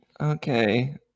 Okay